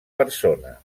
persona